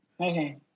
Okay